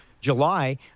July